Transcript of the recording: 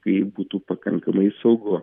kai būtų pakankamai saugu